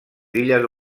illes